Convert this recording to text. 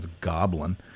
goblin